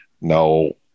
No